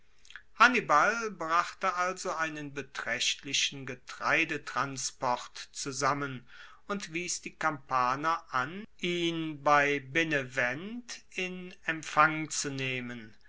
hannibal brachte also einen betraechtlichen getreidetransport zusammen und wies die kampaner an ihn bei benevent in empfang zu nehmen